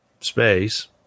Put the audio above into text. space